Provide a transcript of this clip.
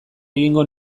egingo